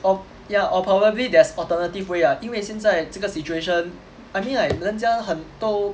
or yeah or probably there's alternative way ah 因为现在这个 situation I mean like 人家很都